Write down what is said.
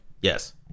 Yes